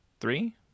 three